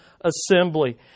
assembly